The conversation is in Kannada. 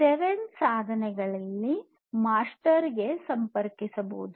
7 ಸಾಧನಗಳಿಂದ ಮಾಸ್ಟರ್ಗೆ ಸಂಪರ್ಕಿಸಬಹುದು